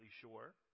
sure